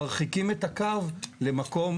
מרחיקים את הקו למקום,